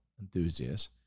enthusiasts